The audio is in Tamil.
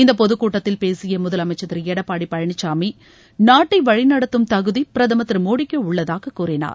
இந்த பொதுக் கூட்டத்தில் பேசிய முதலமைச்சர் திரு எடப்பாடி பழனிசாமி நாட்டை வழிநடத்தும் தகுதி பிரதமர் திரு மோடிக்கே உள்ளதாக கூறினார்